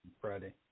Friday